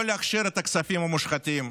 לא להכשיר את הכספים המושחתים,